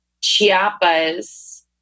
Chiapas